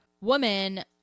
woman